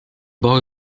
boy